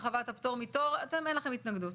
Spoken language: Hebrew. הרחבת הפטור מתור, אתם אין לכם התנגדות.